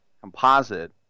composite